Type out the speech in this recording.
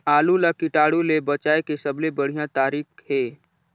आलू ला कीटाणु ले बचाय के सबले बढ़िया तारीक हे?